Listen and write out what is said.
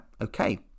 okay